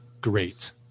great